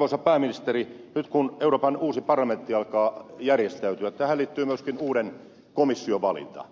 arvoisa pääministeri nyt kun euroopan uusi parlamentti alkaa järjestäytyä tähän liittyy myöskin uuden komission valinta